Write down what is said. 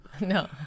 No